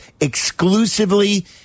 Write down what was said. exclusively